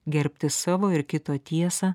gerbti savo ir kito tiesą